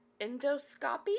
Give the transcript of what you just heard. endoscopy